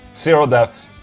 zero deaths,